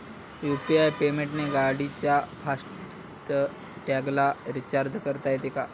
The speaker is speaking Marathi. यु.पी.आय पेमेंटने गाडीच्या फास्ट टॅगला रिर्चाज करता येते का?